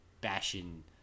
bashing